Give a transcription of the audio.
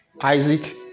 Isaac